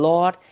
Lord